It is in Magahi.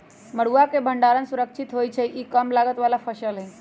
मरुआ के भण्डार सुरक्षित होइ छइ इ कम लागत बला फ़सल हइ